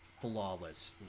flawless